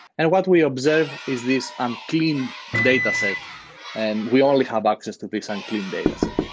and what we observe is this unclean dataset and we only have access to this unclean dataset.